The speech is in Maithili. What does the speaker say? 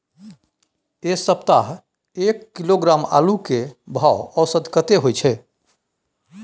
ऐ सप्ताह एक किलोग्राम आलू के भाव औसत कतेक होय छै?